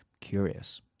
Curious